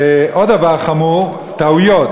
עוד דבר חמור, טעויות.